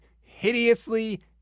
hideously